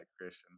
Christian